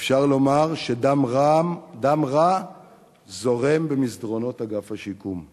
אפשר לומר שדם רע זורם במסדרונות אגף השיקום.